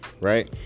right